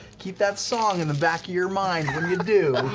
keep that song in the back of your mind when you do.